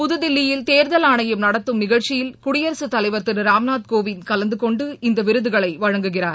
புதுதில்லியில் தேர்தல் ஆணையம் நடத்தும் நிகழ்ச்சியில் குடியரசுத் தலைவர் திரு ராம்நாத் கோவிந்த் கலந்து கொண்டு இந்த விருதுகளை வழங்குகிறார்